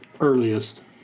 earliest